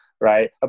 Right